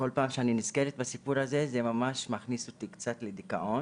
כל פעם שאני נזכרת לסיפור הזה זה מכניס אותי קצת לדיכאון,